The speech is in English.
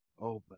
open